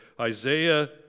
Isaiah